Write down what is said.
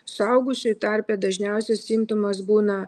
suaugusiųjų tarpe dažniausias simptomas būna